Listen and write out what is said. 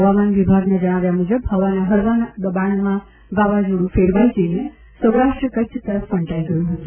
હવામાન વિભાગના જણાવ્યા મુજબ હવાના હળવા દબાણમાં વાવાઝોડુ લો પ્રેશરમાં ફેરવાઇ જઇને સૌરાષ્ટ્ કચ્છ તરફ ફંટાઇ ગયું છે